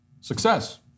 Success